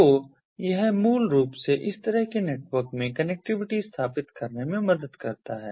तो यह मूल रूप से इस तरह के नेटवर्क में कनेक्टिविटी स्थापित करने में मदद करता है